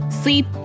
sleep